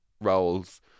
Roles